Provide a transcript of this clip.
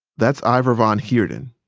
that's ivor van heerden.